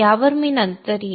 यावर मी नंतर येईन